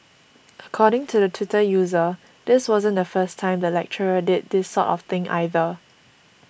according to the Twitter user this wasn't the first time the lecturer did this sort of thing either